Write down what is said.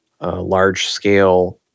large-scale